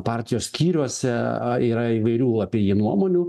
partijos skyriuose yra įvairių apie jį nuomonių